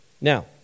Now